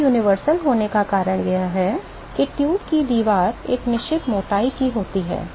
इसके सार्वभौमिक होने का कारण यह है कि ट्यूब की दीवार एक निश्चित मोटाई की होती है